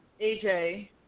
AJ